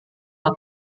hat